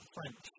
French